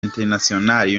international